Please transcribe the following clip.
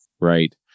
right